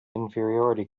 inferiority